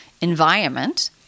environment